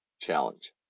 challenge